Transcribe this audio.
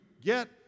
get